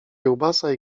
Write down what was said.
kiełbasa